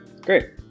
Great